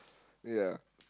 ya